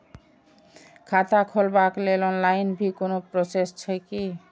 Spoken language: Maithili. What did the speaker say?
खाता खोलाबक लेल ऑनलाईन भी कोनो प्रोसेस छै की?